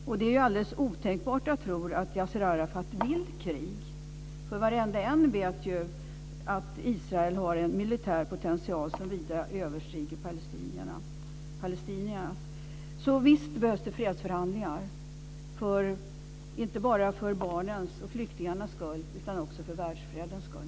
Och det är ju alldeles otänkbart att tro att Yassir Arafat vill ha krig, eftersom varenda en ju vet att Israel har en militär potential som vida överstiger palestiniernas. Så visst behövs det fredsförhandlingar inte bara för barnens och flyktingarnas skull utan också för världsfredens skull.